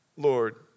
Lord